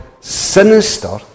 sinister